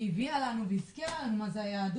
הביאה לנו והזכירה לנו את היהדות,